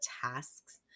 tasks